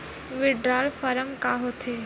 withdrawal form का होथेय